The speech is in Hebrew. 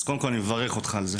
אז קודם כל אני מברך אותך על זה.